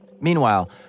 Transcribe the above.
Meanwhile